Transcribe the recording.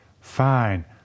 Fine